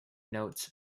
notes